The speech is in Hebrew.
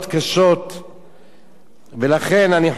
ולכן, אני חושב, כל הנושא של היבוא,